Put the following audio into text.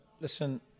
listen